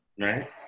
right